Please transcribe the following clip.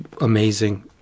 amazing